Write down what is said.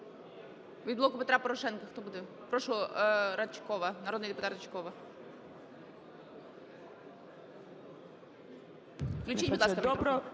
Від "Блоку Петра Порошенка" хто буде? Прошу, Ричкова, народний депутат Ричкова. Включіть, будь ласка,